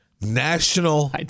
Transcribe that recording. National